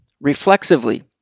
reflexively